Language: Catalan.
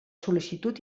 sol·licitud